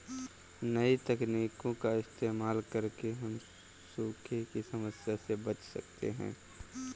नई तकनीकों का इस्तेमाल करके हम सूखे की समस्या से बच सकते है